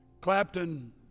Clapton